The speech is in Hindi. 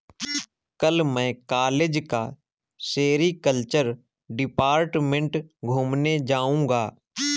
कल मैं कॉलेज का सेरीकल्चर डिपार्टमेंट घूमने जाऊंगा